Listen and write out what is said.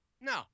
No